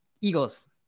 Eagles